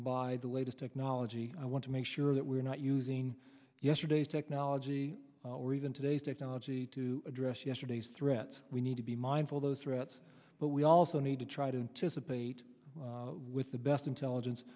by the latest technology i want to make sure that we're not using yesterday's technology or even today's technology to address yesterday's threats we need to be mindful of those threats but we also need to try to just update with the best intelligence